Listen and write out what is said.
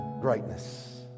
greatness